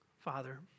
Father